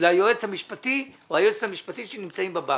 ליועץ המשפטי שנמצא בבנק.